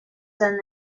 then